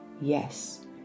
Yes